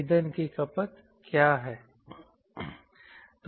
ईंधन की खपत क्या है